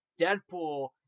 Deadpool